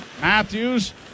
Matthews